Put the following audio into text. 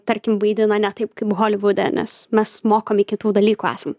tarkim vaidina ne taip kaip holivude nes mes mokomi kitų dalykų esam